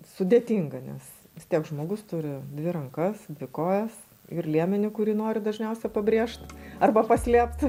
sudėtinga nes vis tiek žmogus turi dvi rankas dvi kojas ir liemenį kurį nori dažniausia pabrėžt arba paslėpt